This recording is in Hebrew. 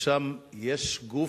ושם יש גוף,